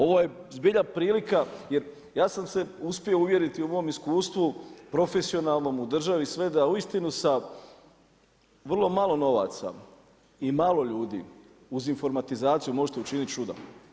Ovo je zbilja prilika jer ja sam se uspio uvjeriti u mom iskustvu profesionalnom u državi sve da uistinu sa vrlo malo novaca i malo ljudi uz informatizaciju možete učiniti čuda.